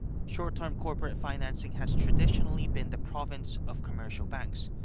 short-term corporate financing has traditionally been the province of commercial banks,